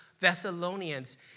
Thessalonians